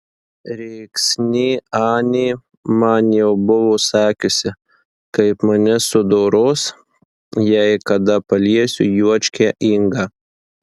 rėksnė anė man jau buvo sakiusi kaip mane sudoros jei kada paliesiu juočkę ingą